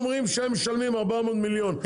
היבואנים אומרים שהם משלמים 400 מיליון,